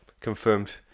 confirmed